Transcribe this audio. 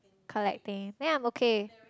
collecting then I am okay